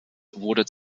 wurde